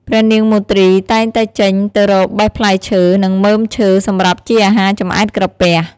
ព្រះនាងមទ្រីតែងតែចេញទៅរកបេះផ្លែឈើ និងមើមឈើសម្រាប់ជាអាហារចម្អែតក្រពះ។